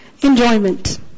Enjoyment